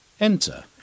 enter